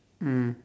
mm